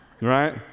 right